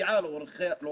שלא נמצא כאן כעת,